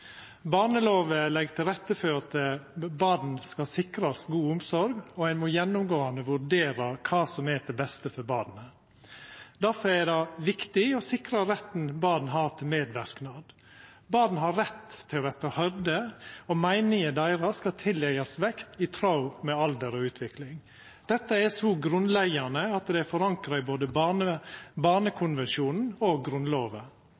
legg til rette for at barn skal sikrast god omsorg, og ein må gjennomgåande vurdera kva som er det beste for barnet. Difor er det viktig å sikra retten barn har til medverknad. Barn har rett til å verta høyrde, og meininga deira skal tilleggjast vekt i tråd med alder og utvikling. Dette er så grunnleggjande at det er forankra i både barnekonvensjonen og Grunnlova, og